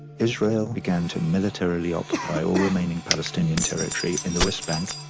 israel began to militarily occupy all remaining palestinian territory in the west bank,